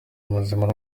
muzima